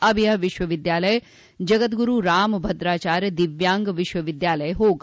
अब यह विश्वविद्यालय जगत गुरू रामभद्राचार्य दिव्यांग विश्वविद्यालय होगा